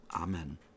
Amen